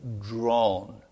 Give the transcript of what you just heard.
drawn